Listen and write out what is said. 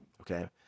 Okay